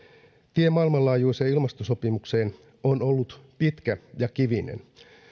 tie maailmanlaajuiseen ilmastosopimukseen on ollut pitkä ja kivinen